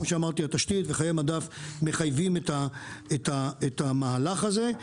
התשתית וחיי דף מחייבים את המהלך הזה,